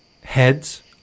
heads